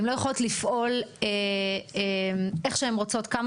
הן לא יכולות לפעול איך שהן רוצות וכמה